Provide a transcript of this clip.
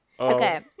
Okay